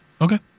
Okay